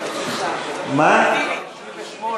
בעד ההסתייגות,